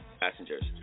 passengers